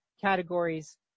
categories